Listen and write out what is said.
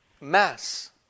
Mass